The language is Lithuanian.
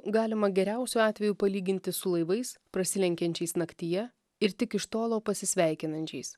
galima geriausiu atveju palyginti su laivais prasilenkiančiais naktyje ir tik iš tolo pasisveikinančiais